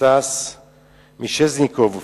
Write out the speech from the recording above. סטס מישזניקוב,